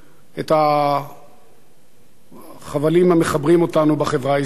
את החבלים המחברים אותנו בחברה הישראלית.